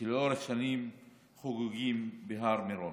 שלאורך השנים חוגגות בהר מירון.